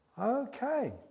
Okay